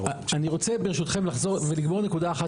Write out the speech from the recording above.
אני רוצה ברשותכם לחזור ולגמור נקודה אחת